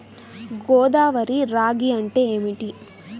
గోదావరి రాగి అంటే ఏమిటి?